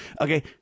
okay